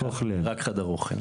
רק חדר אוכל.